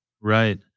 right